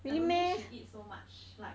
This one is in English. I don't think she eat so much like